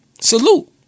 Salute